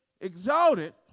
exalted